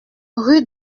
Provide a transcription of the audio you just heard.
rue